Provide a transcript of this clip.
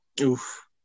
Oof